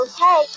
Okay